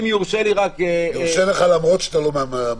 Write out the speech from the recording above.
אם יורשה לי רק -- יורשה לך למרות שאתה לא מהמציעים.